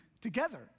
together